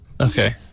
Okay